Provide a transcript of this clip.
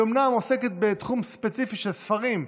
היא אומנם עוסקת בתחום ספציפי של ספרים,